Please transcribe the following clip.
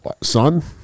son